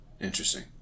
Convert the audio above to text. Interesting